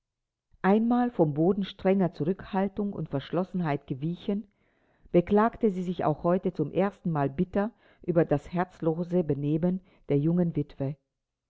einmal vom boden strenger zurückhaltung und verschlossenheit gewichen beklagte sie sich auch heute zum erstenmal bitter über das herzlose benehmen der jungen witwe